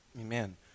Amen